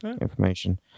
information